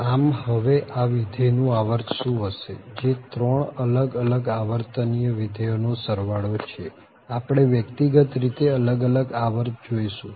આમ હવે આ વિધેય નું આવર્ત શું હશે જે ત્રણ અલગ અલગ આવર્તનીય વિધેયો નો સરવાળો છે આપણે વ્યક્તિગત રીતે અલગ અલગ આવર્ત જોઈશું